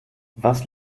was